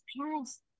parents